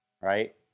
right